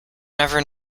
never